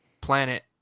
planet